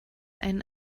einen